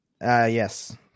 Yes